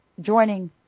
joining